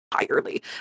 entirely